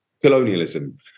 colonialism